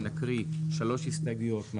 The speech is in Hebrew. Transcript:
סעיף 17 להסתייגויות.